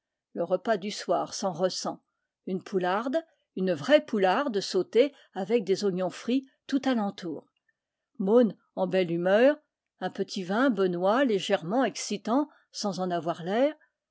le repas du soir s'en ressent une poularde une vraie poularde sautée avec des oignons frits tout à l'entour môn en belle humeur un petit vin benoît légèrement exci tant sans en avoir